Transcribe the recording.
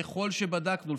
ככל שבדקנו,